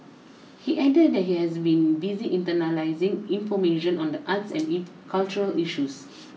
he added that he has been busy internalising information on the arts and in cultural issues